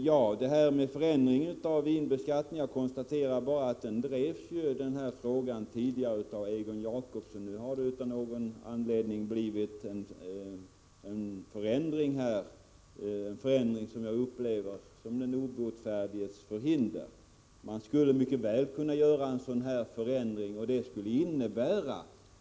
När det gäller förändringen av vinbeskattningen konstaterar jag bara att den frågan tidigare drevs av Egon Jacobsson. Nu har det av någon anledning blivit annorlunda, något som jag upplever som den obotfärdiges förhinder. Man skulle mycket väl kunna ändra beskattningen.